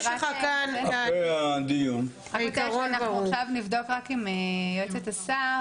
אני מציעה שאנחנו עכשיו נבדוק עם יועצת השר,